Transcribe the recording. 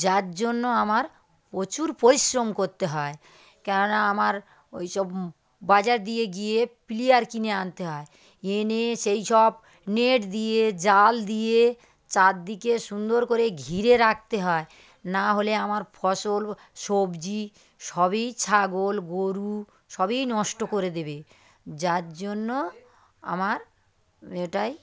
যার জন্য আমার প্রচুর পরিশ্রম করতে হয় কেননা আমার ওই সব বাজার দিয়ে গিয়ে প্লায়ার্স কিনে আনতে হয় এনে সেই সব নেট দিয়ে জাল দিয়ে চারদিকে সুন্দর করে ঘিরে রাখতে হয় না হলে আমার ফসল সবজি সবই ছাগল গোরু সবই নষ্ট করে দেবে যার জন্য আমার এটাই